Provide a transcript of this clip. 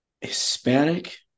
Hispanic